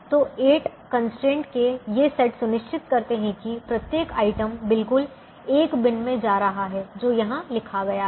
तो 8 कंस्ट्रेंट के ये सेट सुनिश्चित करते हैं कि प्रत्येक आइटम बिल्कुल 1 बिन मे जा रहा है जो यहां लिखा गया है